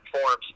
forms